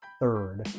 third